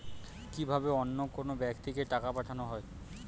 কি ভাবে অন্য কোনো ব্যাক্তিকে টাকা পাঠানো হয়?